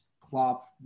Klopp